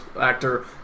actor